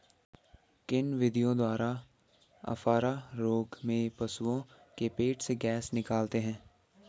किन विधियों द्वारा अफारा रोग में पशुओं के पेट से गैस निकालते हैं?